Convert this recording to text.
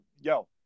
yo